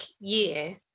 year